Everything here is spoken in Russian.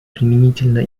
применительно